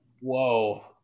Whoa